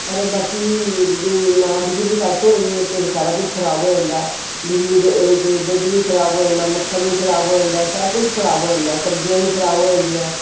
ਪਰ ਬਾਕੀ ਬ ਜੇ ਨਾ ਬਿਜਲੀ ਕੱਟ ਹੋਵੇ ਤਾਂ ਸਾਰਾ ਕੁਛ ਖਰਾਬ ਹੋ ਜਾਂਦਾ ਬਿਜਲੀ ਦ ਵਿੱਚ ਦੁੱਧ ਵੀ ਖਰਾਬ ਹੋ ਜਾਂਦਾ ਮੱਖਣ ਵੀ ਖਰਾਬ ਹੋ ਜਾਂਦਾ ਸਭ ਕੁਛ ਖਰਾਬ ਹੋ ਜਾਂਦਾ ਸਬਜ਼ੀਆਂ ਵੀ ਖਰਾਬ ਹੋ ਜਾਂਦੀਆਂ